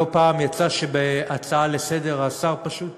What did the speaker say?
לא פעם יצא שבהצעה לסדר-היום השר פשוט